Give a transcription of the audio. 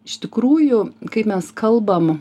iš tikrųjų kai mes kalbam